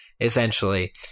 essentially